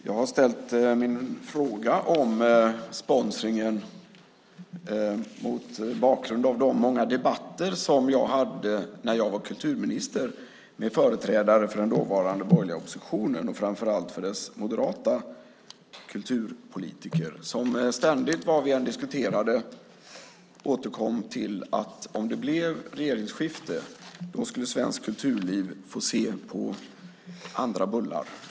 Jag har ställt min fråga om sponsringen mot bakgrund av de många debatter som jag hade när jag var kulturminister med företrädare för den dåvarande borgerliga oppositionen och framför allt med dess moderata kulturpolitiker som ständigt vad vi än diskuterade återkom till att om det blev regeringsskifte skulle svenskt kulturliv få se på andra bullar.